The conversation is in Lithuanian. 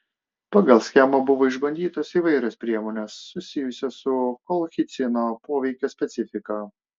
pagal schemą buvo išbandytos įvairios priemonės susijusios su kolchicino poveikio specifika